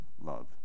love